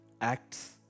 acts